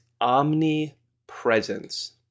omnipresence